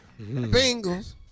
Bengals